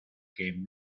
que